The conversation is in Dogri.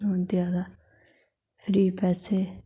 लोन देआ देआ दा लेई पैसे